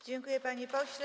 Dziękuję, panie pośle.